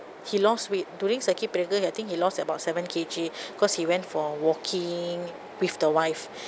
he lost weight during circuit breaker I think he lost about seven K_G cause he went for walking with the wife